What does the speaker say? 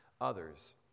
others